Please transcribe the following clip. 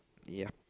yup